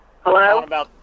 Hello